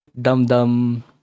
dum-dum